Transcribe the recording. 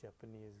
Japanese